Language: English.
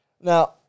Now